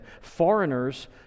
Foreigners